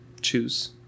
choose